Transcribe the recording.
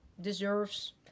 deserves